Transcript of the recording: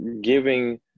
giving